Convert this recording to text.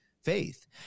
faith